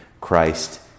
Christ